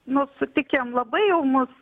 nu sutikim labai jau mus